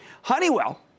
Honeywell